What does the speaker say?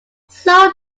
slow